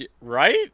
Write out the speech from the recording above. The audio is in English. Right